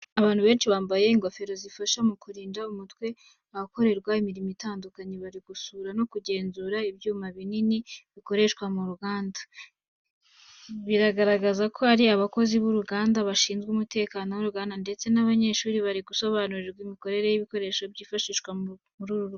Abantu benshi bambaye ingofero zifasha mu kurinda umutwe ahakorerwa imirimo itandukanye, bari gusura no kugenzura ibyuma binini bikoreshwa mu ruganda. Biragaragara ko ari abakozi b’uruganda, abashinzwe umutekano w’uruganda, ndetse n'abanyeshuri bari gusobanurirwa imikorere y’ibikoresho byifashishwa muri uru ruganda.